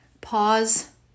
pause